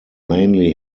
mainly